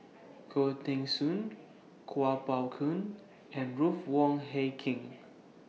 Khoo Teng Soon Kuo Pao Kun and Ruth Wong Hie King